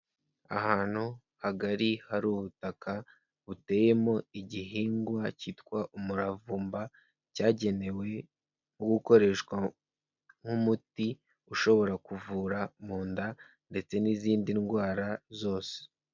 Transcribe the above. Ahantu hagari hari ubutaka buteyemo igihingwa cyitwa umuravumba, cyagenewe wo gukoreshwa nk'umuti ushobora kuvura mu nda ndetse n'izindi ndwara zose.